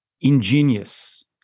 ingenious